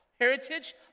heritage